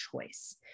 choice